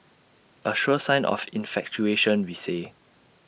A sure sign of infatuation we say